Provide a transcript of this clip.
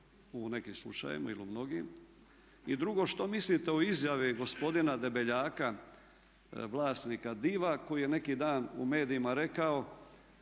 u nekim slučajevima ili u mnogim? I drugo, što mislite o izjavi gospodina Debeljaka, vlasnika DIV-a ojije neki dan u medijima rekao